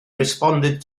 responded